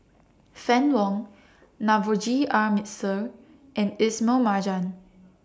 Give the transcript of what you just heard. Fann Wong Navroji R Mistri and Ismail Marjan